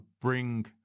bring